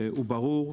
הזה ברור.